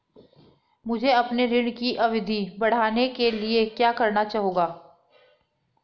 मुझे अपने ऋण की अवधि बढ़वाने के लिए क्या करना होगा?